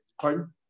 pardon